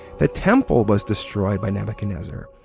the temple was destroyed by nebuchadnezzar,